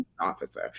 officer